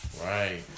Right